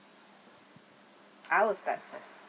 I will start first